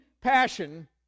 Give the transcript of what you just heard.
passion